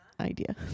Idea